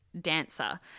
dancer